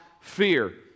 fear